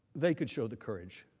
they could show the courage,